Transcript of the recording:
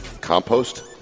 Compost